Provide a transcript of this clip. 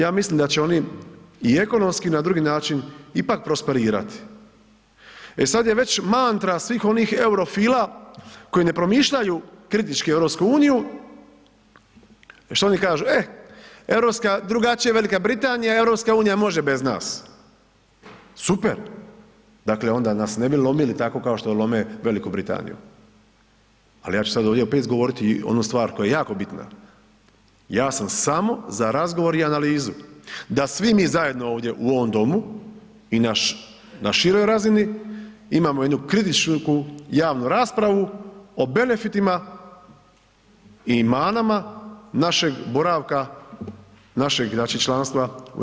Ja mislim da će oni i ekonomski i na drugi način ipak prosperirati, e sad je već mantra svih onih eurofila koji ne promišljaju kritički EU, e šta oni kažu, e europska, drugačije je Velika Britanija, EU može bez nas, super, dakle onda nas ne bi lomili tako kao što lome Veliku Britaniju, ali ja ću sad ovdje opet izgovoriti onu stvar koja je jako bitna, ja sam samo za razgovor i analizu, da svi mi zajedno ovdje u ovom domu i na široj razini imamo jednu kritičku javnu raspravu o benefitima i manama našeg boravka, našeg znači članstva u EU.